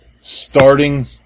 starting